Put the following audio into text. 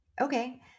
Okay